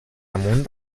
amunt